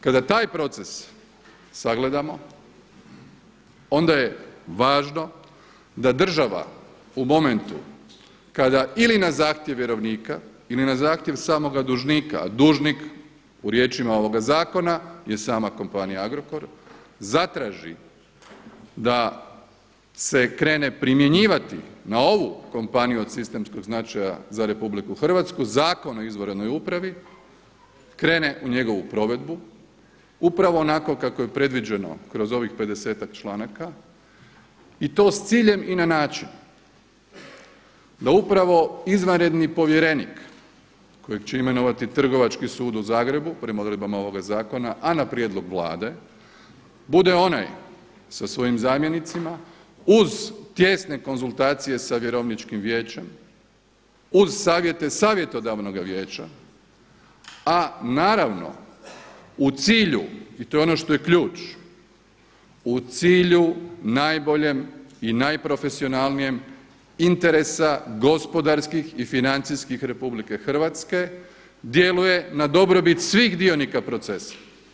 Kada taj proces sagledamo onda je važno da država u momentu kada ili na zahtjev vjerovnika ili na zahtjev samoga dužnika, a dužnik u riječima ovoga zakona je sama kompanija Agrokor zatraži da se krene primjenjivati na ovu kompaniju od sistemskog značaja za Republiku Hrvatsku Zakon o izvanrednoj upravi krene u njegovu provedbu upravo onako kako je predviđeno kroz ovih pedesetak članaka i to s ciljem i na način da upravo izvanredni povjerenik kojeg će imenovati Trgovački sud u Zagrebu prema odredbama ovoga zakona, a na prijedlog Vlade prema odredbama ovog zakona, a na prijedlog Vlade bude onaj sa svojim zamjenicima uz tijesne konzultacije sa Vjerovničkim vijećem uz savjete Savjetodavnoga vijeća, a naravno u cilju i to je ono što je ključ, u cilju najboljem i najprofesionalnijem interesa gospodarskih i financijskih RH djeluje na dobrobiti svih dionika procesa.